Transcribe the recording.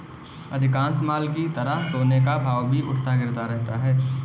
अधिकांश माल की तरह सोने का भाव भी उठता गिरता रहता है